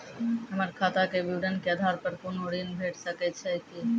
हमर खाता के विवरण के आधार प कुनू ऋण भेट सकै छै की?